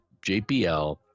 JPL